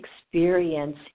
experience